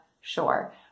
sure